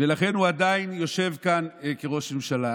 ולכן הוא עדיין יושב כאן כראש ממשלה.